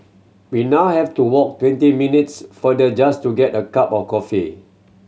we now have to walk twenty minutes farther just to get a cup of coffee